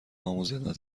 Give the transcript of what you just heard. آموزنده